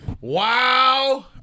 Wow